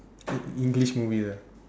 eng~ English movies ah